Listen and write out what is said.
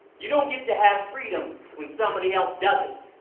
you don't get to have freedom when somebody else doesn't.